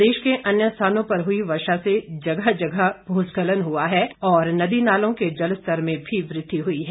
प्रदेश के अन्य स्थानों पर हुई वर्षा से जगह जगह भूस्खलन हुआ है और नदी नालों के जलस्तर में भी वृद्धि हुई है